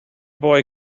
boy